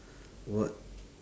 what